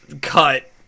cut